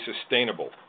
sustainable